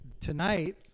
tonight